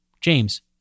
James